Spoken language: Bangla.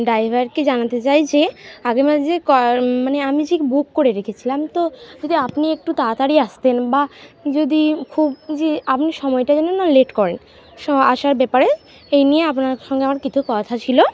ড্রাইভারকে জানাতে চাই যে আগেরবার যে ক মানে আমি যে বুক করে রেখেছিলাম তো যদি আপনি একটু তাড়াতাড়ি আসতেন বা যদি খুব যে আপনি সময়টা যেন না লেট করেন সো আসার ব্যাপারে এই নিয়ে আপনার সঙ্গে আমার কিছু কথা ছিলো